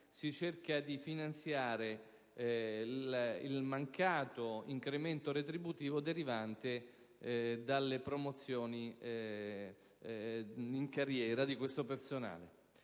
cerca di finanziare il mancato incremento retributivo derivante dalle promozioni in carriera di questo personale.